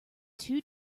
too